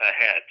ahead